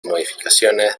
modificaciones